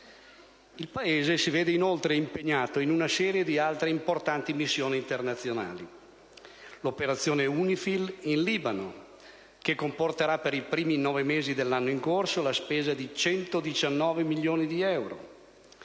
Il Paese si vede inoltre impegnato in una serie di altre importanti missioni internazionali: l'operazione UNIFIL in Libano, che comporterà, per i primi nove mesi dell'anno in corso, la spesa di 119 milioni di euro,